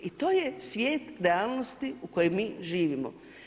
I to je svijet realnosti u kojem mi živimo.